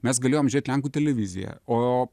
mes galėjom žėt lenkų televiziją o